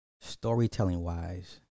storytelling-wise